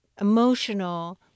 emotional